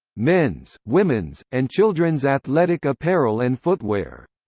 men's, women's, and children's athletic apparel and footwear.